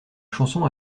chanson